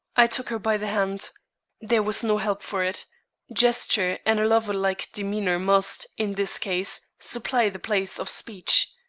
i took her by the hand there was no help for it gesture and a lover-like demeanor must, in this case, supply the place of speech.